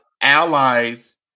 allies